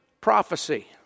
prophecy